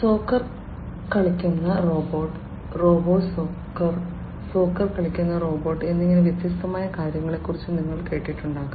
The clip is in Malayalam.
സോക്കർ കളിക്കുന്ന റോബോട്ട് റോബോ സോക്കർ സോക്കർ കളിക്കുന്ന റോബോട്ട് എന്നിങ്ങനെ വ്യത്യസ്തമായ കാര്യങ്ങളെക്കുറിച്ച് നിങ്ങൾ കേട്ടിട്ടുണ്ടാകും